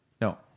No